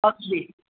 अगदी